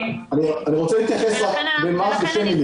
אני רוצה להתייחס ממש בשתי מילים.